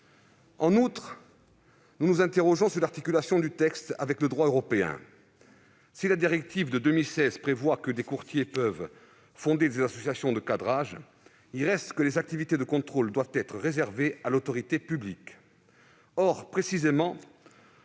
En outre, nous nous interrogeons sur l'articulation du texte avec le droit européen. Si la directive de 2016 prévoit bien que des courtiers peuvent fonder des associations de cadrage, il reste que les activités de contrôle doivent être réservées à l'autorité publique.